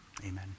amen